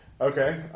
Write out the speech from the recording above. Okay